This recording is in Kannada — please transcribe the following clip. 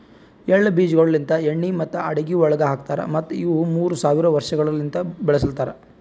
ಎಳ್ಳ ಬೀಜಗೊಳ್ ಲಿಂತ್ ಎಣ್ಣಿ ಮತ್ತ ಅಡುಗಿ ಒಳಗ್ ಹಾಕತಾರ್ ಮತ್ತ ಇವು ಮೂರ್ ಸಾವಿರ ವರ್ಷಗೊಳಲಿಂತ್ ಬೆಳುಸಲತಾರ್